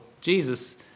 Jesus